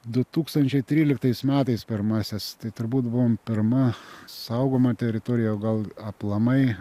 du tūkstančiai tryliktais metais pirmąsias tai turbūt buvom pirma saugoma teritorija o gal aplamai